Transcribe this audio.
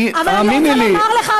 אבל אני רוצה לומר לך,